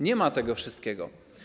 Nie ma tego wszystkiego.